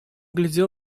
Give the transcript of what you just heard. глядел